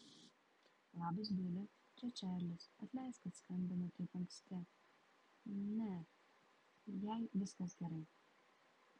labas bili čia čarlis atleisk kad skambinu taip anksti ne jai viskas gerai